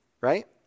right